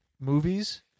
movies